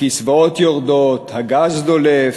הקצבאות יורדות, הגז דולף,